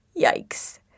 Yikes